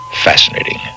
fascinating